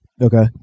Okay